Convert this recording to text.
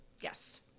Yes